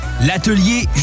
L'atelier